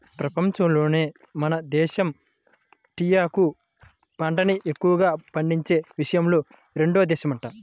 పెపంచంలోనే మన దేశమే టీయాకు పంటని ఎక్కువగా పండించే విషయంలో రెండో దేశమంట